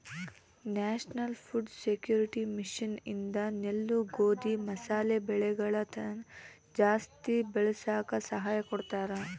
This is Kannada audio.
ನ್ಯಾಷನಲ್ ಫುಡ್ ಸೆಕ್ಯೂರಿಟಿ ಮಿಷನ್ ಇಂದ ನೆಲ್ಲು ಗೋಧಿ ಮಸಾಲೆ ಬೆಳೆಗಳನ ಜಾಸ್ತಿ ಬೆಳಸಾಕ ಸಹಾಯ ಮಾಡ್ತಾರ